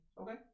Okay